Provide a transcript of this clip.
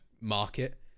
market